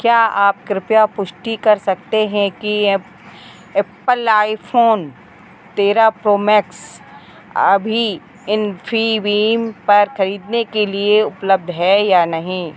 क्या आप कृपया पुष्टि कर सकते हैं कि एप एप्पल आईफोन तेरह प्रो मैक्स अभी इन्फीबीम पर ख़रीदने के लिए उपलब्ध है या नहीं